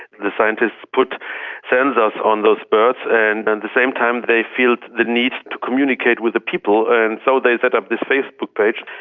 the scientists put sensors on those birds and at and the same time they feel the need to communicate with the people, and so they set up this facebook page.